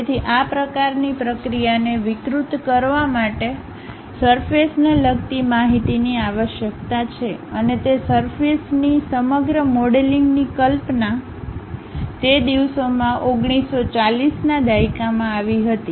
તેથી આ પ્રકારની પ્રક્રિયાને વિકૃત કરવા માટે સરફેસને લગતી માહિતીની આવશ્યકતા છે અને તે સરફેસની સમગ્ર મોડેલિંગની કલ્પના તે દિવસોમાં 1940 ના દાયકામાં આવી હતી